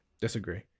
Disagree